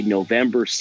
November